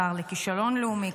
השר לכישלון לאומי,